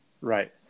Right